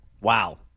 Wow